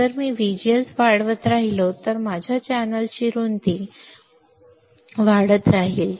जर मी व्हीजीएस वाढवत राहिलो तर माझ्या चॅनेलची रुंदी देखील उजवीकडे वाढत राहील